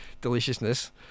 deliciousness